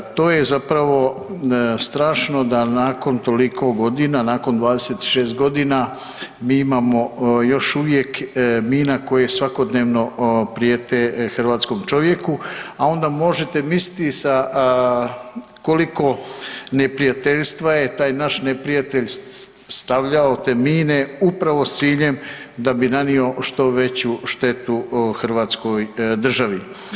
To je zapravo strašno da nakon toliko godina, nakon 26 godina mi imamo još uvijek mina koje svakodnevno prijete hrvatskom čovjeku, a onda možete misliti sa koliko neprijateljstva je taj naš neprijatelj stavljao te mine upravo sa ciljem da bi nanio što veću štetu Hrvatskoj državi.